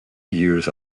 years